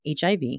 HIV